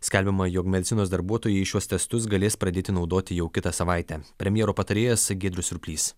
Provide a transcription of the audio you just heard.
skelbiama jog medicinos darbuotojai šiuos testus galės pradėti naudoti jau kitą savaitę premjero patarėjas giedrius surplys